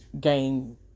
gain